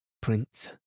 Prince